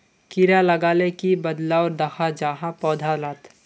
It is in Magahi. कीड़ा लगाले की बदलाव दखा जहा पौधा लात?